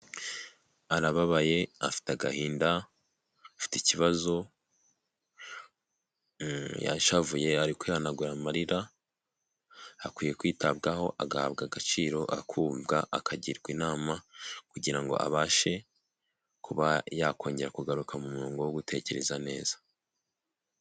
Arababaye, afite agahinda, afite ikibazo, yashavuye, ari kwihanagura amarira, akwiye kwitabwaho agahabwa agaciro, akumvwa, akagirwa inama kugira ngo abashe kuba yakongera kugaruka mu murongo wo gutekereza neza.